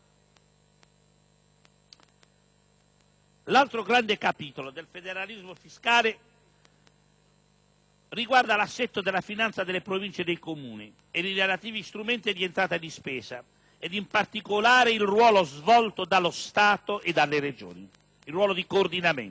L'altro grande capitolo del federalismo fiscale riguarda l'assetto della finanza delle Province e dei Comuni ed i relativi strumenti di entrata e spesa, e, in particolare, il ruolo di coordinamento svolto dallo Stato e dalle Regioni. A tal proposito,